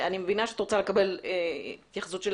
אני מבינה שאת רוצה לקבל התייחסות של